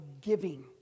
giving